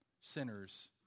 sinners